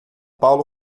paulo